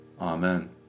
Amen